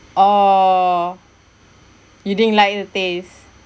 oh you didn't like the taste